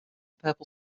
purple